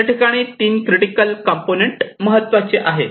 याठिकाणी तीन critical component आहेत